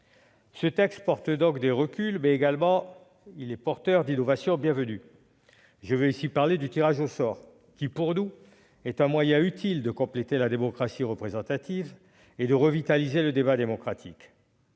Ce texte contient donc des reculs, mais il est également porteur d'innovations bienvenues. Je veux ici parler du tirage au sort qui, pour nous, est un moyen utile de compléter la démocratie représentative et de revitaliser le débat démocratique.